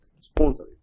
sponsor